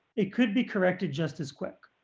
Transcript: it could be corrected just as quick